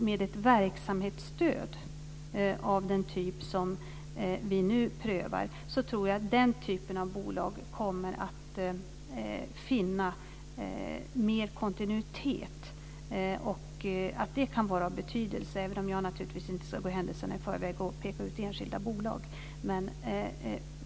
Med ett verksamhetsstöd av den typ som vi nu prövar tror jag att den typen av bolag kommer att finna mer kontinuitet. Jag tror att det kan vara av betydelse, även om jag naturligtvis inte ska gå händelserna i förväg och peka ut enskilda bolag.